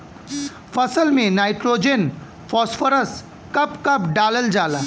फसल में nitrogen phosphorus कब कब डालल जाला?